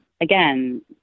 again